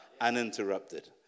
uninterrupted